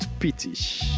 Pity